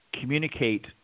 communicate